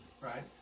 right